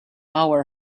hour